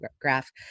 graph